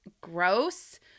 gross